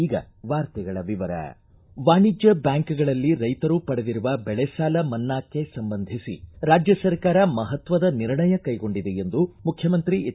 ಈಗ ವಾರ್ತೆಗಳ ವಿವರ ವಾಣಿಜ್ಯ ಬ್ಯಾಂಕ್ಗಳಲ್ಲಿ ರೈತರು ಪಡೆದಿರುವ ಬೆಳೆ ಸಾಲ ಮನ್ನಾಕ್ಷೆ ಸಂಬಂಧಿಸಿ ರಾಜ್ಯ ಸರ್ಕಾರ ಮಹತ್ವದ ನಿರ್ಣಯ ಕೈಗೊಂಡಿದೆ ಎಂದು ಮುಖ್ಯಮಂತ್ರಿ ಎಚ್